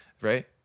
Right